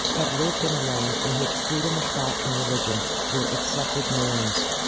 have lived in a land in which freedom of thought and religion were accepted norms.